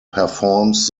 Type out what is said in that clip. performs